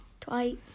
Twice